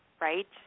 right